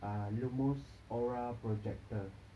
ah LUMOS aura projector